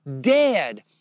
dead